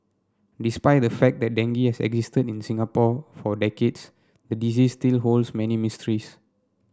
despite the fact that dengue has existed in Singapore for decades the disease still holds many mysteries